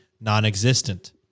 non-existent